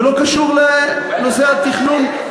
ולא קשור לנושא התכנון.